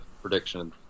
prediction